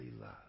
love